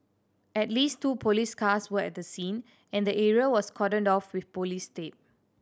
at least two police cars were at the scene and the area was cordoned off with police tape